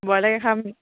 ব্ৰইলাৰকে খাম